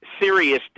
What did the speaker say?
serious